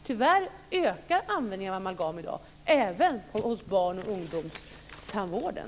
Tyvärr ökar användningen av amalgam i dag, även inom barn och ungdomstandvården.